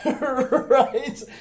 right